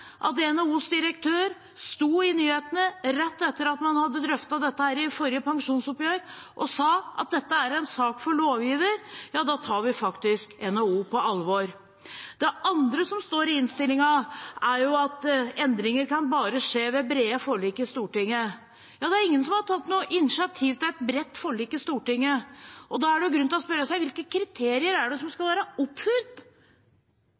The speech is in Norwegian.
at NHOs direktør sa i nyhetene rett etter at man hadde drøftet dette i forrige pensjonsoppgjør, at dette er en sak for lovgiver, tar vi faktisk NHO på alvor. Det andre som står i innstillingen, er at endringer kan bare skje «ved brede forlik i Stortinget». Det er ingen som har tatt noe initiativ til et bredt forlik i Stortinget, og da er det grunn til å spørre seg: Hvilke kriterier er det som